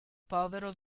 povero